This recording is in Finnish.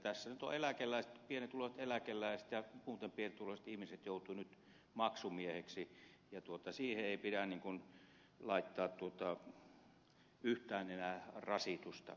tässä pienituloiset eläkeläiset ja muuten pienituloiset ihmiset joutuvat nyt maksumiehiksi ja siihen ei pidä laittaa yhtään enää rasitusta